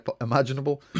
imaginable